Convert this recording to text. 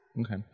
Okay